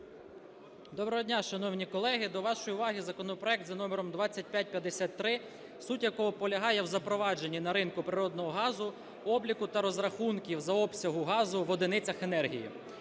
Доброго дня, шановні колеги! До вашої уваги законопроект за номером 2553, суть якого полягає в запровадженні на ринку природного газу обліку та розрахунків за обсягом газу в одиницях енергії.